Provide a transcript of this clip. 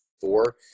four